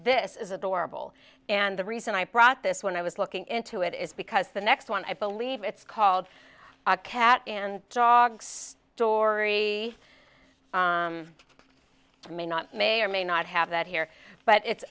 this is adorable and the reason i brought this when i was looking into it is because the next one i believe it's called a cat and dog story may not may or may not have that here but it's